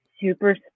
super